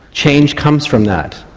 change comes from that,